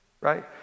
right